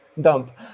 dump